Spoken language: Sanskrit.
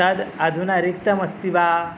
तद् अधुना रिक्तमस्ति वा